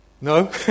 No